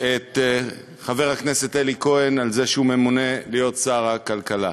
את חבר הכנסת אלי כהן על זה שהוא ממונה להיות שר הכלכלה.